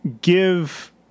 give